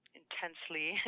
intensely